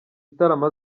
ibitaramo